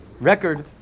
record